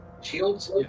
Shields